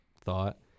thought